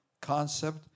concept